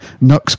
NUX